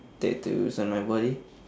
dared to sell my body